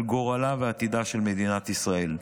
על גורלה ועתידה של מדינת ישראל.